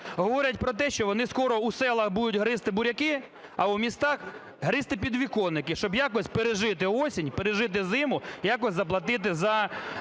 говорять про те, що вони скоро у селах будуть гризти буряки, а у містах – гризти підвіконники, щоб якось пережити осінь, пережити зиму і якось заплатити за